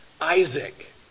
Isaac